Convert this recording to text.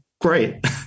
great